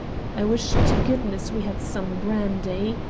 i wish to goodness we had some brandy.